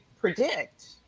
predict